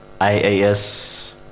IAS